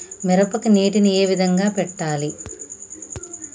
మిరపకి నీటిని ఏ విధంగా పెట్టాలి?